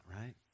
right